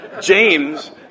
James